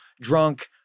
drunk